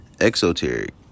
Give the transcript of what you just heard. exoteric